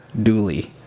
dually